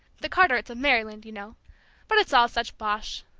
the carterets of maryland, you know but it's all such bosh!